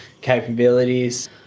capabilities